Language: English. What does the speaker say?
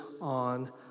on